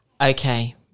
Okay